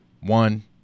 One